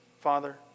Father